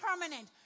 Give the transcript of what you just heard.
permanent